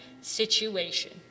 situation